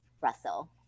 Russell